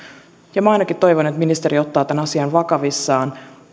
minä ainakin toivon että ministeriö ottaa tämän asian vakavissaan